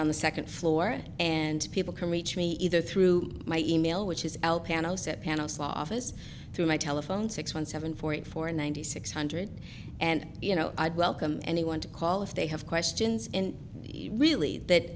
on the second floor and people can reach me either through my e mail which is out panel set panels office through my telephone six one seven four eight four ninety six hundred and you know i'd welcome anyone to call if they have questions and really that